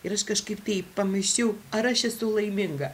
ir aš kažkaip tai pamąsčiau ar aš esu laiminga